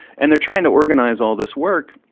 and they're trying to organize all this work.